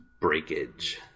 breakage